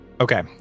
Okay